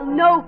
no